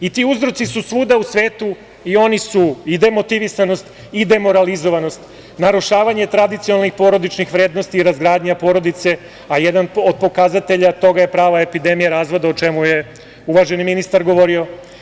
Ti uzroci su svuda u svetu i oni su i demotivisanost, demoralizovanost, narušavanje tradicionalnih porodičnih vrednosti, razgradnja porodice, a jedan od pokazatelja toga je prava epidemija razvoda o čemu je uvaženi ministar govori.